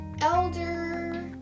Elder